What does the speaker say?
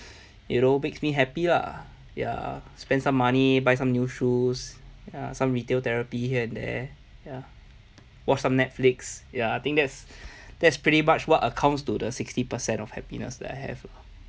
you know makes me happy lah ya spend some money buy some new shoes ya some retail therapy here and there watch some netflix ya I think that's that's pretty much what accounts to the sixty percent of happiness that I have lah